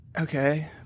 Okay